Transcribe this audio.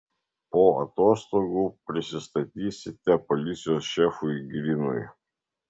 po atostogų prisistatysite policijos šefui grinui